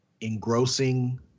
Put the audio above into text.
engrossing